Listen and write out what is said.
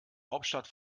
hauptstadt